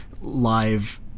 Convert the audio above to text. live